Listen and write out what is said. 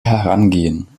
herangehen